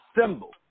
symbol